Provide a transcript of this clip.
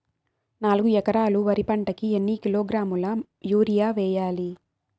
నాలుగు ఎకరాలు వరి పంటకి ఎన్ని కిలోగ్రాముల యూరియ వేయాలి?